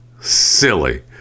silly